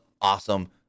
awesome